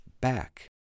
back